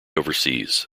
overseas